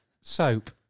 Soap